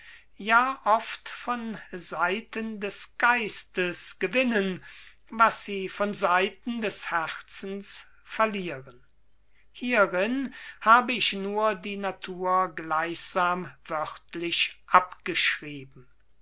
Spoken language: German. ja oft von seiten des geistes gewinnen was sie von seiten des herzens verlieren hierin habe ich nur die natur gleichsam wörtlich abgeschrieben